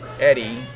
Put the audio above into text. Eddie